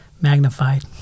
magnified